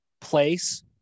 place